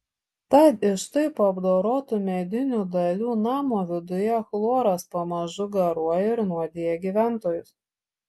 tad iš taip apdorotų medinių dalių namo viduje chloras pamažu garuoja ir nuodija gyventojus